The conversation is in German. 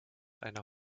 einer